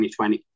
2020